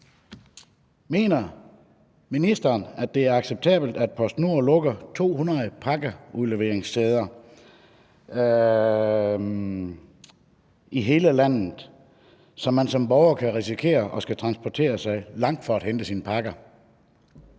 Mener ministeren, at det er acceptabelt, at PostNord lukker 200 pakkeudleveringssteder i hele landet, så man som borger kan risikere at skulle transportere sig langt for at hente sine pakker?